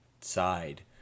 side